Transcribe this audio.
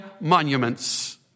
monuments